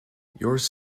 yours